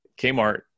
Kmart